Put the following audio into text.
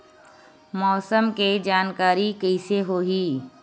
मौसम के जानकारी कइसे होही?